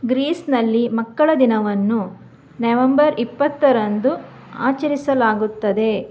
ಗ್ರೀಸ್ನಲ್ಲಿ ಮಕ್ಕಳ ದಿನವನ್ನು ನವೆಂಬರ್ ಇಪ್ಪತ್ತರಂದು ಆಚರಿಸಲಾಗುತ್ತದೆ